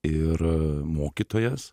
ir mokytojas